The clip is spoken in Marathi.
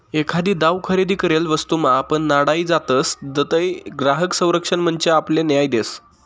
एखादी दाव खरेदी करेल वस्तूमा आपण नाडाई जातसं तधय ग्राहक संरक्षण मंच आपले न्याय देस